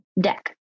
deck